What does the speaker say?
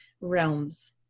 realms